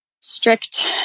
strict